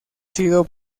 sido